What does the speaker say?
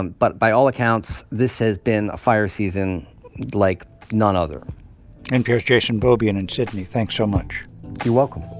and but by all accounts, this has been a fire season like none other npr's jason beaubien in sydney, thanks so much you're welcome